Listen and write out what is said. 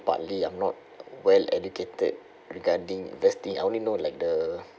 partly I'm not well educated regarding investing I only know like the